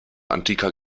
antiker